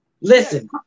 Listen